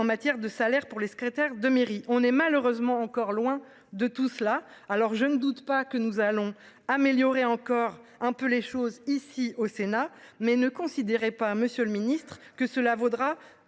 en matière de salaire pour les secrétaires de mairie on est malheureusement encore loin de tout cela. Alors je ne doute pas que nous allons améliorer encore un peu les choses ici au Sénat mais ne considérez pas Monsieur le Ministre, que cela vaudra